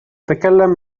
تتكلم